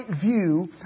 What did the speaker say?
view